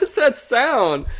that sound?